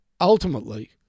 ultimately